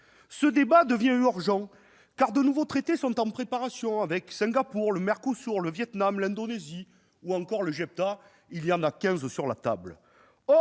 Ce débat devient urgent, car de nouveaux traités sont en préparation, avec Singapour, le Mercosur, le Vietnam, l'Indonésie, ou encore le Japon- le JEFTA ; il y en a quinze sur la table.